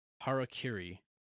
Harakiri